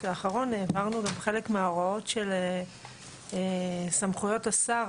האחרון העברנו גם חלק מההוראות של סמכויות השר.